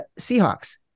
Seahawks